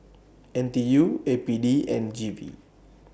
N T U A P D and G V